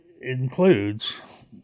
includes